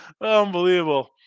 Unbelievable